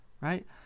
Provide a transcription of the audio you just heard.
right